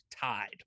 tied